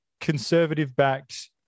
conservative-backed